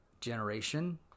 generation